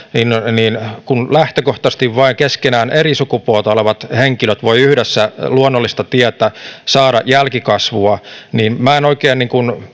ja kun lähtökohtaisesti vain keskenään eri sukupuolta olevat henkilöt voivat yhdessä luonnollista tietä saada jälkikasvua niin voi kysyä minä en oikein